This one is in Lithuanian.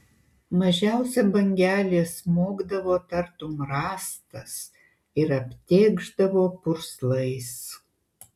mažiausia bangelė smogdavo tartum rąstas ir aptėkšdavo purslais